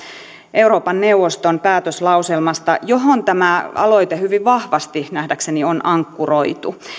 euroopan neuvoston päätöslauselmasta johon tämä aloite hyvin vahvasti nähdäkseni on ankkuroitu